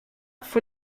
fue